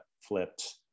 flipped